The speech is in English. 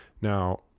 Now